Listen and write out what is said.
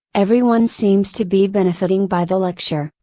everyone seems to be benefiting by the lecture,